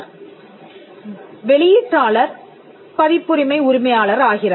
எனவே வெளியீட்டாளர் பதிப்புரிமை உரிமையாளர் ஆகிறார்